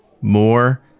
more